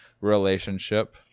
relationship